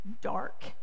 dark